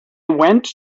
went